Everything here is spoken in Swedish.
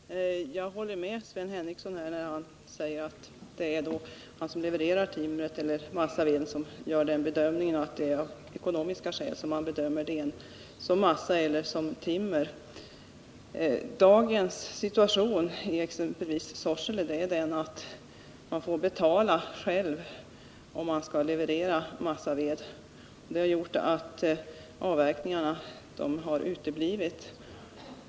Herr talman! Jag håller med Sven Henricsson när han säger att det är den som levererar som bedömer om det är massaved eller timmer och att det är ekonomiska skäl som avgör. Dagens situation i exempelvis Sorsele är den att man själv får betala, om man skall leverera massaved, och det har gjort att avverkningarna har uteblivit.